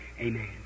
Amen